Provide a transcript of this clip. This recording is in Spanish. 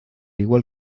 igual